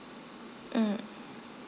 mm